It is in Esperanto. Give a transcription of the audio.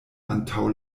antaŭ